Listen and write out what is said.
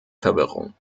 verwirrung